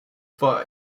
for